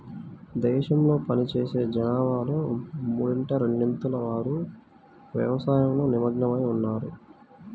దేశంలో పనిచేసే జనాభాలో మూడింట రెండొంతుల వారు వ్యవసాయంలో నిమగ్నమై ఉన్నారు